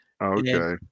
Okay